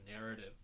narrative